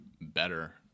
better